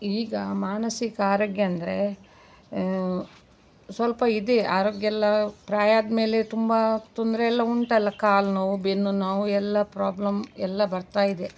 ಈಗ ಮಾನಸಿಕ ಆರೋಗ್ಯ ಅಂದರೆ ಸ್ವಲ್ಪ ಇದೆ ಆರೋಗ್ಯಲ್ಲ ಪ್ರಾಯಾದಮೇಲೆ ತುಂಬ ತೊಂದರೆಯೆಲ್ಲ ಉಂಟಲ್ಲ ಕಾಲು ನೋವು ಬೆನ್ನು ನೋವು ಎಲ್ಲ ಪ್ರಾಬ್ಲಮ್ ಎಲ್ಲ ಬರ್ತಾ ಇದೆ